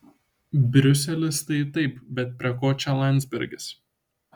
briuselis tai taip bet prie ko čia landsbergis